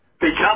become